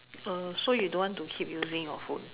uh so you don't want to keep using your phone